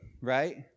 Right